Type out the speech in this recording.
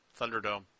Thunderdome